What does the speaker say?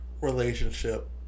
relationship